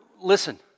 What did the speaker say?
listen